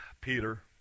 Peter